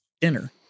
dinner